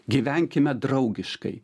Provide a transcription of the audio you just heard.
gyvenkime draugiškai